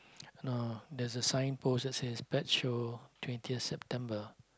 no no no there's a signpost that says pet show twentieth September